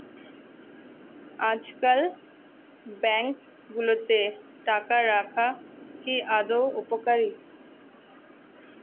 আজকাল ব্যাঙ্কগুলোতে টাকা রাখা কি আদৌ উপকারী?